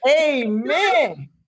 Amen